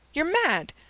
ye're mad!